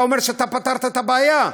אתה אומר שאתה פתרת את הבעיה,